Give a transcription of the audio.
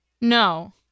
No